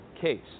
case